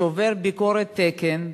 שעובר ביקורת תקן,